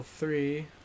three